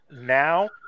now